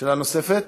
שאלה נוספת?